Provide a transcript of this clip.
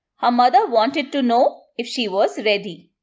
her mother wanted to know if she was ready.